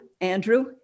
Andrew